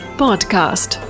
podcast